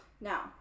Now